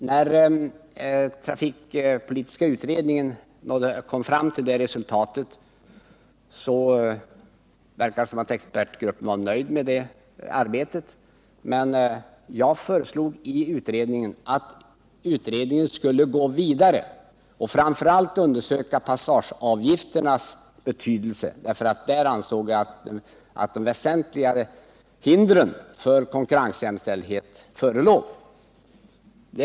När trafikpolitiska utredningen kom fram till det resultatet verkade det som om expertgruppen var nöjd med arbetet. Men jag föreslog i utredningen att man skulle gå vidare och framför allt undersöka passageavgifternas betydelse. Jag ansåg att de mera väsentliga hindren för konkurrensjämställdhet förelåg där.